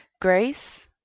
Grace